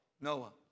Noah